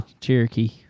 Cherokee